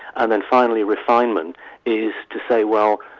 and then finally refinement is to say, well,